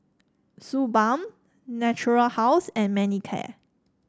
Suu Balm Natura House and Manicare